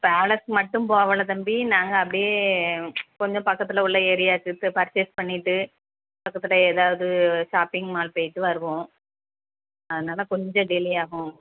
palace மட்டும் போகலை தம்பி நாங்கள் அப்படியே கொஞ்சம் பக்கத்தில் உள்ள ஏரியாவுக்கு பர்ச்சேஸ் பண்ணிவிட்டு பக்கத்தில் ஏதாவது ஷாப்பிங் மால் போயிட்டு வருவோம் அதனாலே கொஞ்சம் டிலே ஆகும்